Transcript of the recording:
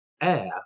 air